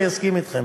אני אסכים אתכם.